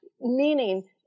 meaning